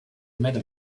matter